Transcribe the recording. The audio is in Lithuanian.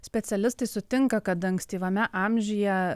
specialistai sutinka kad ankstyvame amžiuje